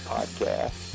Podcast